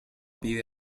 pide